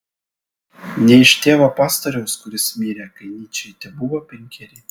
ne iš tėvo pastoriaus kuris mirė kai nyčei tebuvo penkeri